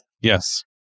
Yes